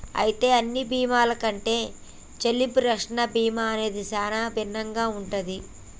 అయితే అన్ని బీమాల కంటే సెల్లింపు రక్షణ బీమా అనేది సానా భిన్నంగా ఉంటది